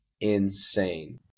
insane